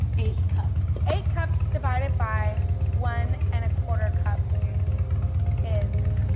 eight cups. eight cups divided by one and a quarter cups is.